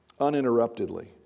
uninterruptedly